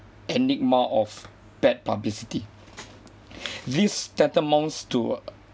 enigma of bad publicity this tantamounts to